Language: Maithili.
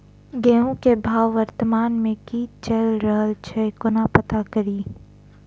गेंहूँ केँ भाव वर्तमान मे की चैल रहल छै कोना पत्ता कड़ी?